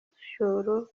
igishoro